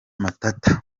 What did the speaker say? matata